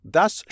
Thus